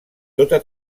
tota